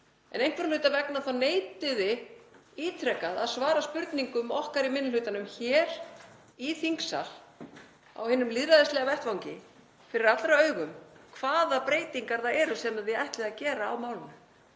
en einhverra hluta vegna þá neitið þið ítrekað að svara spurningum okkar í minni hlutanum, hér í þingsal á hinum lýðræðislega vettvangi, fyrir allra augum, um hvaða breytingar það eru sem þið ætlið að gera á málinu.